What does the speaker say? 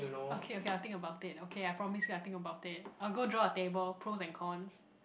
okay okay I'll think about it okay I promise you I think about it I'll go draw a table pros and cons